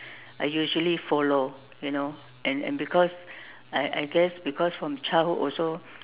I usually follow you know and and because I I guess because from childhood also